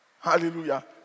Hallelujah